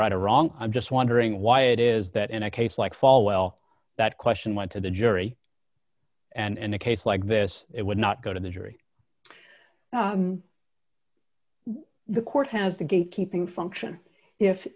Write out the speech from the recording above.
right or wrong i'm just wondering why it is that in a case like falwell that question went to the jury and a case like this it would not go to the jury the court has the gate keeping function if